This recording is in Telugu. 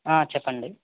చెప్పండి